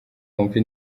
wumve